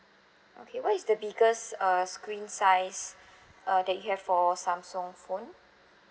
okay what is the biggest uh screen size uh that you have for samsung phone